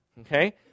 okay